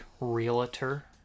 realtor